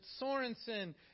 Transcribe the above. Sorensen